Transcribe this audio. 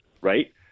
right